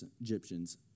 Egyptians